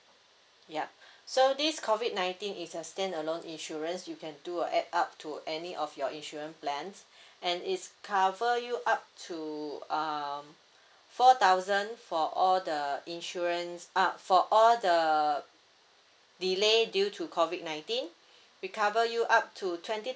yup so this COVID nineteen is a standalone insurance you can do a add up to any of your insurance plans and is cover you up to um four thousand for all the insurance uh for all the delay due to COVID nineteen we cover you up to twenty